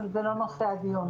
אבל זה לא נושא הדיון.